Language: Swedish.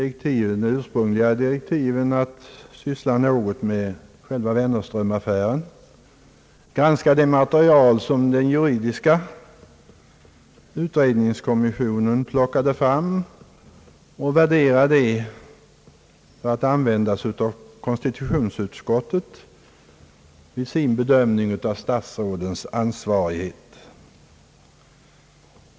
Enligt de ursprungliga direktiven har vi haft att syssla med själva Wennerströmaffären. Vi skulle granska det material som den juridiska utredningskommissionen plockat fram och värdera det för att användas av konstitutionsutskottet i dess bedömning av statsrådens ansvarighet.